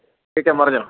കേൾക്കാം പറഞ്ഞോ